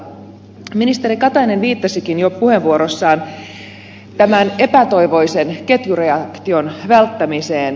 ministeri katainen viittasikin jo puheenvuorossaan tämän epätoivoisen ketjureaktion välttämiseen